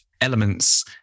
elements